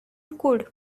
could